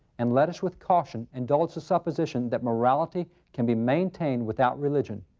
and let us with caution indulge the supposition that morality can be maintained without religion.